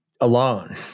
alone